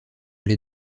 les